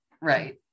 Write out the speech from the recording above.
Right